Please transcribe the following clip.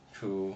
true